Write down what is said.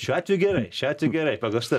šiuo atveju gerai šiuo atveju gerai pagal šitą